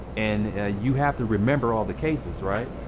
and you have to remember all the cases, right?